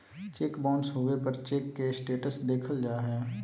cheque bounce होबे पर cheque के स्टेटस देखल जा हइ